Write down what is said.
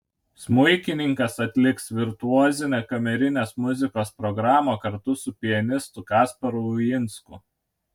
smuikininkas atliks virtuozinę kamerinės muzikos programą kartu su pianistu kasparu uinsku